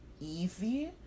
easy